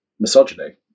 misogyny